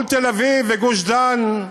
כל תל-אביב וגוש-דן,